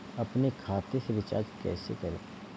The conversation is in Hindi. अपने खाते से रिचार्ज कैसे करें?